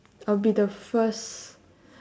I'll be the first